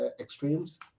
extremes